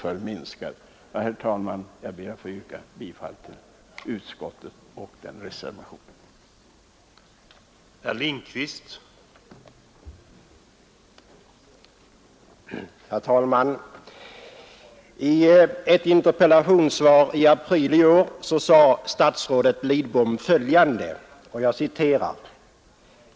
Jag yrkar alltså bifall till utskottets hemställan i punkterna 1 och 2 och till reservation 3 av herr Grebäck m.fl.